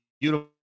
beautiful